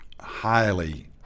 highly